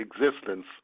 existence